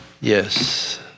Yes